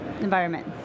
environment